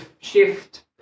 shift